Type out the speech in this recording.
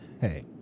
hey